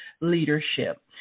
leadership